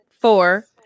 four